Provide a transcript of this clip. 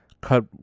cut